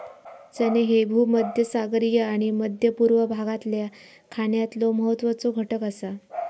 चणे ह्ये भूमध्यसागरीय आणि मध्य पूर्व भागातल्या खाण्यातलो महत्वाचो घटक आसा